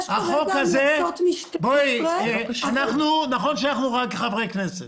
זה נכון שאנחנו רק חברי כנסת,